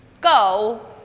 go